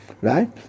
right